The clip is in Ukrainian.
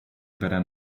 бере